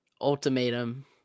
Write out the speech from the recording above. ultimatum